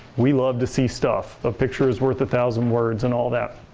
we love to see stuff. a picture is worth a thousand words and all that.